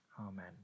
Amen